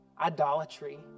Idolatry